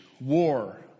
war